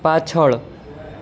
પાછળ